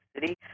City